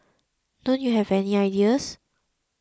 don't you have any ideas